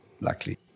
luckily